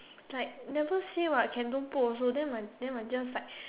like never say what can don't put also then my then my just like